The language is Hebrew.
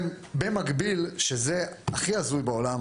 במקביל שזה הכי הזוי בעולם